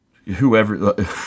Whoever